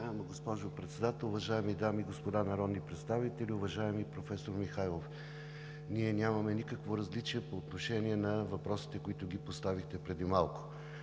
госпожо Председател, уважаеми дами и господа народни представители! Уважаеми професор Михайлов, ние нямаме никакво различие по отношение на въпросите, които поставихте преди малко.